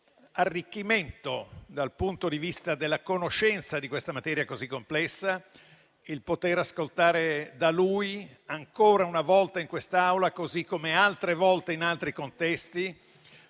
arricchimento, dal punto di vista della conoscenza di questa materia così complessa, poter ascoltare da lui ancora una volta in quest'Aula, così come altre volte in altri contesti,